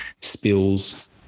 spills